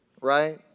right